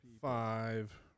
five